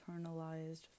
internalized